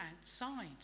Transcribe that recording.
outside